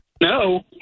No